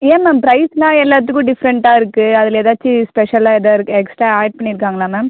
ஏன் மேம் பிரைஸ்லாம் எல்லாத்துக்கும் டிஃப்ரெண்ட்டாக இருக்குது அதில் ஏதாச்சும் ஸ்பெஷலாக எதாது எக்ஸ்ட்ரா ஆட் பண்ணிருக்காங்களா மேம்